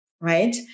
right